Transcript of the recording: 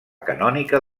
canònica